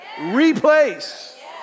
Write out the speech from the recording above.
replace